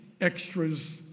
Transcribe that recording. extras